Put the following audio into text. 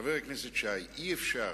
חבר הכנסת שי, אי-אפשר